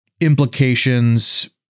implications